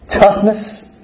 toughness